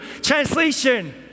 Translation